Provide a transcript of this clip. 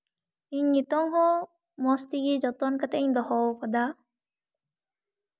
ᱤᱧ ᱱᱤᱛᱚᱝ ᱦᱚᱸ ᱢᱚᱡᱽ ᱛᱮᱜᱮ ᱡᱚᱛᱚᱱ ᱠᱟᱛᱮᱜ ᱤᱧ ᱫᱚᱦᱚ ᱠᱟᱫᱟ